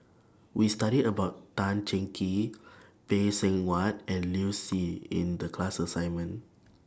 We studied about Tan Cheng Kee Phay Seng Whatt and Liu Si in The class assignment